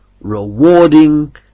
rewarding